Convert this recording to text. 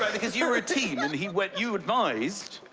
because you were a team and he went. you advised.